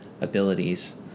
abilities